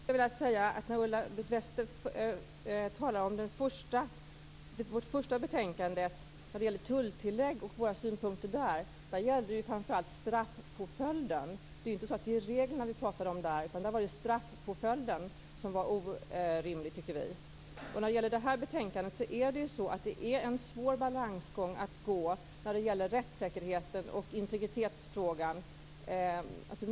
Herr talman! När Ulla Wester talar om betänkandet om tullregister och våra synpunkter där vill jag bara säga att det framför allt gäller straffpåföljden. Det är inte reglerna som vi pratar om där, utan det är straffpåföljden som vi tycker är orimlig. När det gäller det här betänkandet är det en svår balansgång att gå i fråga om rättssäkerheten och integriteten.